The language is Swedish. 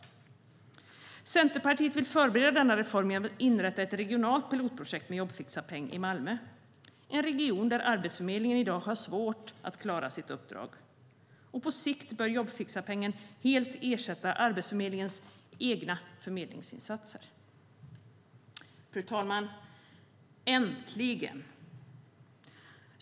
Centerpartiet vill förbereda denna reform genom att inrätta ett regionalt pilotprojekt med jobbfixarpeng i Malmö. Det är en region där Arbetsförmedlingen har svårt att klara sitt uppdrag i dag. På sikt bör jobbfixarpengen helt ersätta Arbetsförmedlingens egna förmedlingsinsatser. Fru talman! Äntligen!